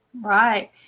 right